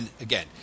again